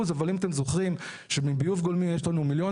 אבל אם אתם זוכרים שמביוב גולמי יש לנו מיליונים